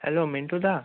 hello মিন্টুদা